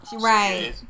right